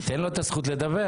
תן לו את הזכות לדבר.